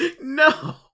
No